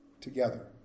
together